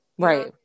Right